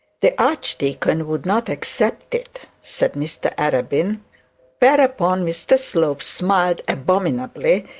the archdeacon would not accept it said mr arabin whereupon mr slope smiled abominably,